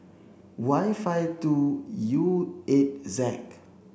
Y five two U eight Z